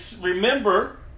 remember